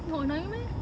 no annoying meh